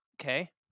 Okay